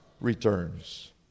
returns